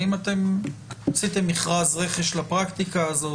האם אתם עשיתם מכרז רכש לפרקטיקה הזאת?